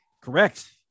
Correct